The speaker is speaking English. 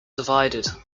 divided